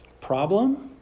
problem